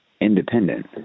independent